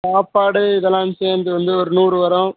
சாப்பாடு இதெல்லாம் சேர்ந்து வந்து ஒரு நூறு வரும்